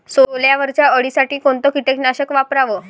सोल्यावरच्या अळीसाठी कोनतं कीटकनाशक वापराव?